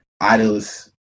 idols